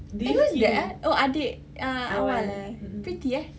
eh who is that eh oh adik ah awal eh pretty eh